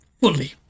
fully